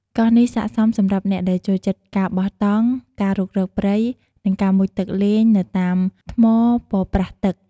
កោះនេះស័ក្តិសមសម្រាប់អ្នកដែលចូលចិត្តការបោះតង់ ការរុករកព្រៃ និងការមុជទឹកលេងនៅតាមថ្មប៉ប្រះទឹក។